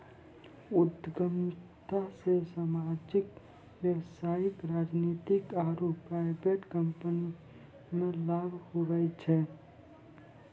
उद्यमिता से सामाजिक व्यवसायिक राजनीतिक आरु प्राइवेट कम्पनीमे लाभ हुवै छै